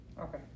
Okay